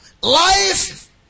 Life